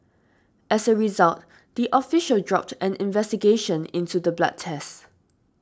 as a result the official dropped an investigation into the blood test